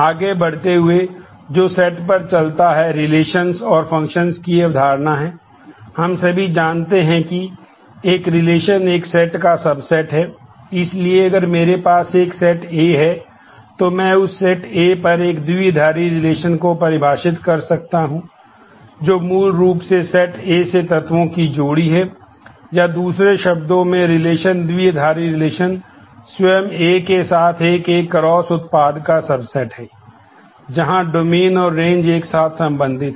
आगे बढ़ते हुए जो सेट एक साथ संबंधित हैं